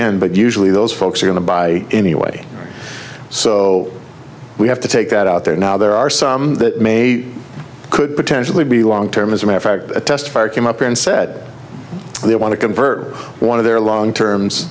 end but usually those folks are going to buy anyway so we have to take that out there now there are some that may could potentially be long term as a matter fact test fire came up and said they want to convert one of their long terms